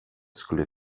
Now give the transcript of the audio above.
skulle